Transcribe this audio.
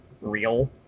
real